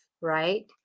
right